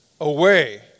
away